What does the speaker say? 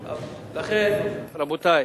לכן, רבותי,